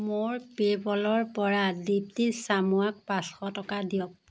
মোৰ PayPal ৰ পৰা দীপ্তি চামুৱাক পাঁচশ টকা দিয়ক